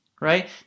right